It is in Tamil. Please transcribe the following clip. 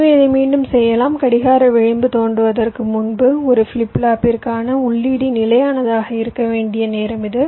எனவே இதை மீண்டும் செய்யலாம் கடிகார விளிம்பு தோன்றுவதற்கு முன்பு ஒரு ஃபிளிப் ஃப்ளாப்பிற்கான உள்ளீடு நிலையானதாக இருக்க வேண்டிய நேரம் இது